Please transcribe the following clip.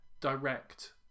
direct